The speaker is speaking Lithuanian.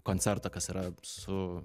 koncertą kas yra su